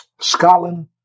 Scotland